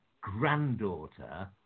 granddaughter